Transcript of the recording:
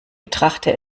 betrachte